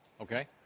okay